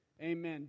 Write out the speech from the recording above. amen